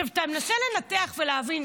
אתה מנסה לנתח ולהבין,